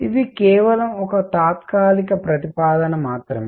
ఇది కేవలం ఒక తాత్కాలిక ప్రతిపాదన మాత్రమే